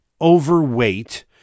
overweight